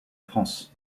france